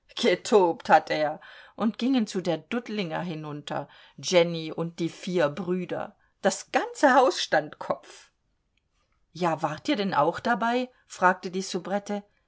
getobt hat er und gingen zu der dudlinger hinunter jenny und die vier brüder das ganze haus stand auf dem kopf ja wart ihr denn auch dabei fragte die